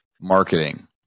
marketing